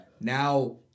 now